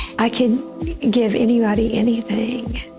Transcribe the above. i could give anybody anything,